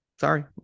Sorry